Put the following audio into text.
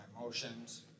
emotions